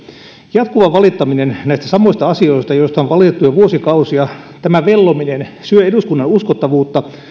jatkuva valittaminen näistä samoista asioista joista on valitettu jo vuosikausia tämä vellominen syö eduskunnan uskottavuutta